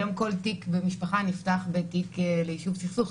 היום כל תיק במשפחה נפתח בתיק לישוב סכסוך.